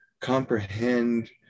comprehend